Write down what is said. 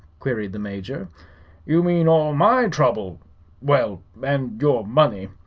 queried the major you mane all my throuble well, and your money.